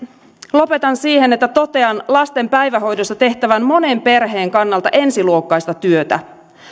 lopetan siihen että totean lasten päivähoidossa tehtävän monen perheen kannalta ensiluokkaista työtä